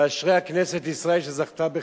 ואשרי הכנסת ישראל שזכתה בך,